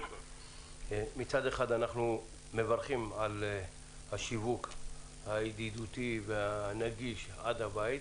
מצד אחד אנחנו מברכים על השיווק הידידותי והנגיש עד הבית,